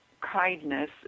kindness